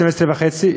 12:30,